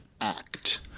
act